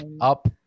up